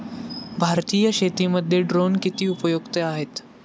भारतीय शेतीमध्ये ड्रोन किती उपयुक्त आहेत?